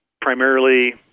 primarily